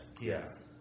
Yes